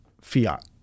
fiat